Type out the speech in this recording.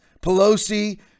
Pelosi